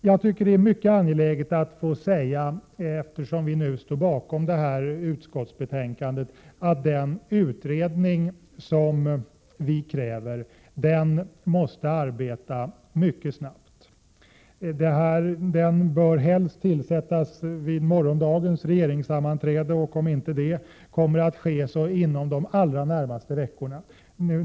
Eftersom vi står bakom utskottsbetänkandet tycker jag det är mycket angeläget att få säga att den utredning som vi kräver måste arbeta mycket snabbt. Den bör helst tillsättas vid morgondagens regeringssammanträde eller, om inte det kommer att ske, inom de allra närmaste veckorna.